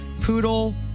Poodle